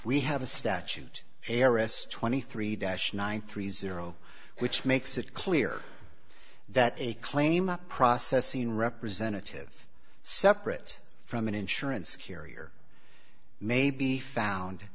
we have a statute eris twenty three dash nine three zero which makes it clear that a claim of processing representative separate from an insurance carrier may be found